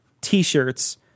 t-shirts